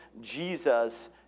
Jesus